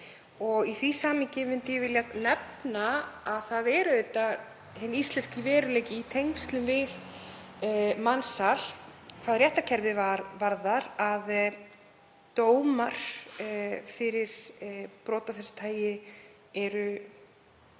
Í því samhengi myndi ég vilja nefna að það er hinn íslenski veruleiki í tengslum við mansal hvað réttarkerfið varðar að dómar fyrir brot af þessu tagi eru